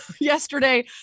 Yesterday